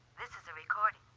this is a recording.